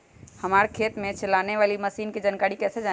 हमारे खेत में चलाने वाली मशीन की जानकारी कैसे जाने?